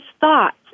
thoughts